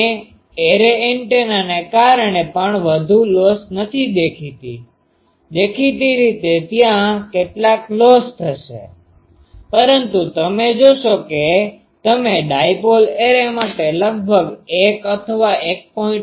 અને એરે એન્ટેનાને કારણે પણ વધુ લોસlossનુકસાન નથી તેથી દેખીતી રીતે ત્યાં કેટલાક લોસ થશે પરંતુ તમે જોશો કે તમે ડાયપોલ એરે માટે લગભગ 1 અથવા 1